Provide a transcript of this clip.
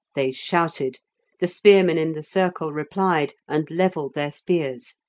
they shouted the spearmen in the circle replied and levelled their spears.